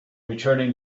returning